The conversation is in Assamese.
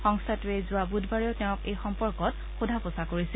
সংস্থাটোৱে যোৱা বুধবাৰেও তেওঁক এই সম্পৰ্কত সোধা পোচা কৰিছিল